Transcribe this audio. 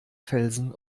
felsen